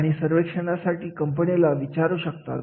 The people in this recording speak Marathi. आणि सर्वेक्षणासाठी कंपनीला विचारू शकतात